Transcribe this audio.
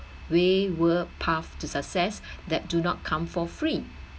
way work path to success that do not come for free